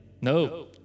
No